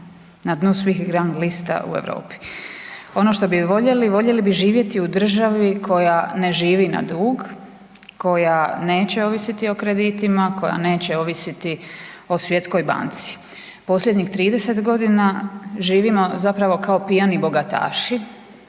na dnu svih rang lista u Europi. Ono šta bi voljeli voljeli bi živjeti u državi koja ne živi na dug, koja neće ovisiti o kreditima, koja neće ovisiti o Svjetskoj banci. Posljednjih 30.g. živimo zapravo kao pijani bogataši